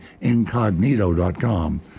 Incognito.com